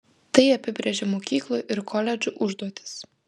tai apibrėžia mokyklų ir koledžų užduotis